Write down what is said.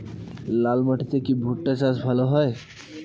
লাল মাটিতে কি ভুট্টা চাষ ভালো হয়?